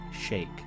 shake